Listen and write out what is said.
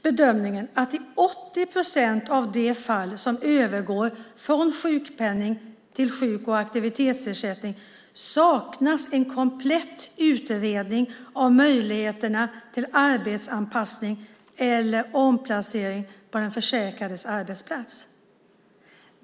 , bedömningen att i 80 procent av de fall som övergår från sjukpenning till sjuk och aktivitetsersättning saknas en komplett utredning av möjligheterna till arbetsanpassning eller omplacering på den försäkrades arbetsplats.